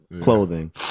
clothing